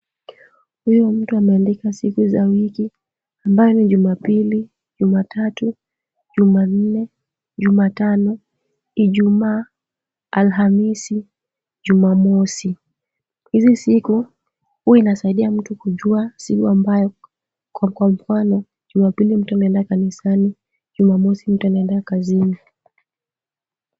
Huyu mtu ameandika siku za wiki, ambayo ni Jumapili, Jumatatu, Jumanne, Jumatano, Ijumaa, Alhamisi, Jumamosi. Hizi siku huwa zinasaidia mtu kujua siku ambayo, kwa mfano, Jumapili mtu ameenda kanisani, Jumamosi mtu anaenda kazini.